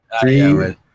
Three